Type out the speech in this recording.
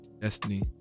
Destiny